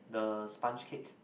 the sponge cakes